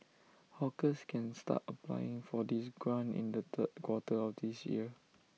hawkers can start applying for this grant in the third quarter of this year